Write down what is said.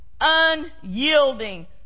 Unyielding